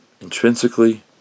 intrinsically